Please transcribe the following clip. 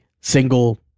single